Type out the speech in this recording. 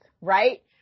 right